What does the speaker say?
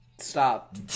Stop